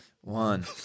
one